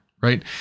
right